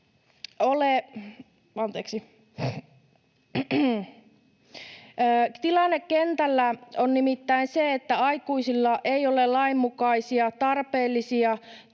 Tilanne kentällä on nimittäin se, ettei aikuisilla ole lainmukaisia tarpeellisia